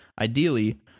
ideally